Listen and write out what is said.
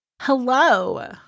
Hello